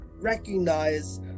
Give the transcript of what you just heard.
recognize